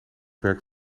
werk